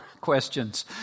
questions